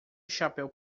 chapéu